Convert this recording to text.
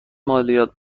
مالیات